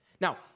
Now